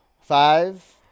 Five